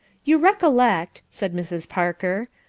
you recollect, said mrs. parker,